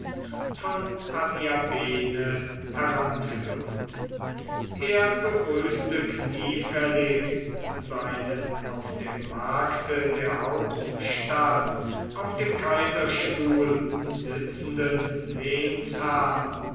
von adiabene heranführend er begrüßte kniefällig seinen auf dem markte der hauptstadt auf dem kaiserstuhl sitzenden